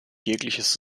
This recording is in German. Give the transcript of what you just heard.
jegliches